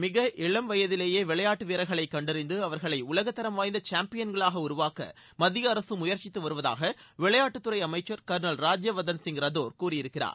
மிக இளம் வயதிலேயே விளையாட்டு வீரர்களை கண்டறிந்து அவர்களை உலகத்தரம் வாய்ந்த சாம்பியன்களாக உருவாக்க மத்திய அரசு முயற்சித்து வருவதாக விளையாட்டுத்துறை அமைச்சர் கர்னல் ராஜ்யவர்தன் சிங் ரத்தோர் கூறியிருக்கிறார்